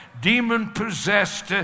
demon-possessed